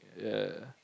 yeah